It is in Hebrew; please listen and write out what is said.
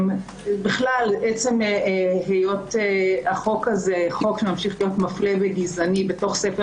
בכלל עצם היות החוק הזה חוק שממשיך להיות מפלה וגזעני בתוך ספר